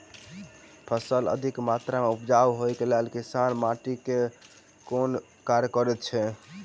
फसल अधिक मात्रा मे उपजाउ होइक लेल किसान माटि मे केँ कुन कार्य करैत छैथ?